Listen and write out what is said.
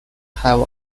have